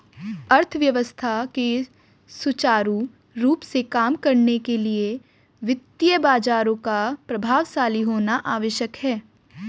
अर्थव्यवस्था के सुचारू रूप से काम करने के लिए वित्तीय बाजारों का प्रभावशाली होना आवश्यक है